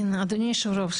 אדוני היו"ר,